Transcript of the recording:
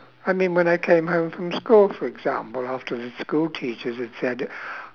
I mean when I came home from school for example after the school teachers had said